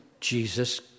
jesus